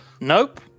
Nope